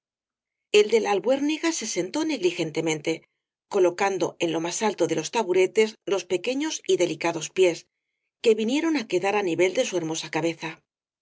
el de la albuérniga se sentó negligentemente colocando en lo más alto de los taburetes los pequeños y delicados pies que vinieron á quedar á nivel de su hermosa cabeza